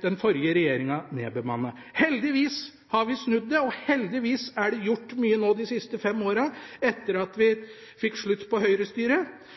den forrige regjeringa nedbemannet. Heldigvis har vi snudd det, og heldigvis er det gjort mye de siste fem årene, etter at vi fikk slutt på høyrestyret.